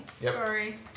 Sorry